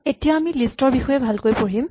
এতিয়া আমি লিষ্ট ৰ বিষয়ে ভালকৈ পঢ়িম